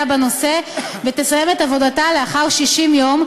בנושא ותסיים את עבודתה לאחר 60 יום,